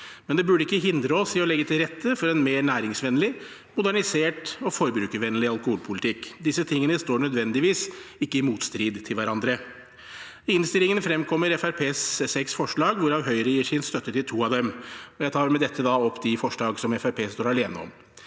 Men det burde ikke hindre oss i å legge til rette for en mer næringsvennlig, modernisert og forbrukervennlig alkoholpolitikk. Disse tingene står ikke nødvendigvis i motstrid til hverandre. I innstillingen fremkommer Fremskrittspartiets seks forslag, hvorav Høyre gir sin støtte til to av dem. Jeg tar med dette opp de forslag Fremskrittspartiet står alene om.